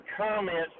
comments